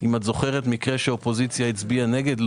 אם את זוכרת מקרה שאופוזיציה הצביעה נגד.